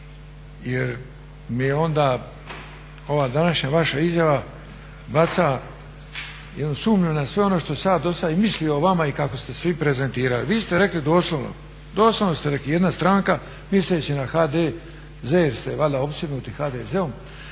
jer mi onda ova današnja vaša izjava baca jednu sumnju na sve ono što sam ja dosad i mislio o vama i kako ste se vi prezentirali. Vi ste reki doslovno, doslovno ste rekli, jedna stranka misleći na HDZ jer ste valjda opsjednuti HDZ-om,